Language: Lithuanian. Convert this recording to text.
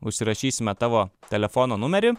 užsirašysime tavo telefono numerį